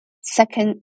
Second